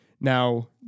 Now